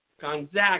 Gonzaga